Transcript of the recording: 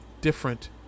different